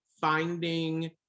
finding